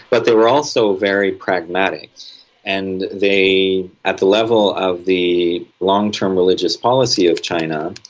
but they were also very pragmatic and they, at the level of the long-term religious policy of china,